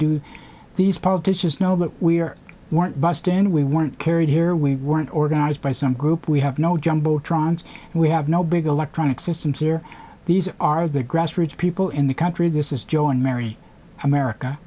do these politicians know that we're weren't busting we want carried here we weren't organized by some group we have no jumbotron we have no big electronic systems here these are the grassroots people in the country this is joe and mary america